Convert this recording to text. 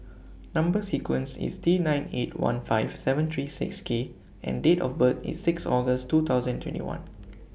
Number sequence IS T nine eight one five seven three six K and Date of birth IS six August two thousand and twenty one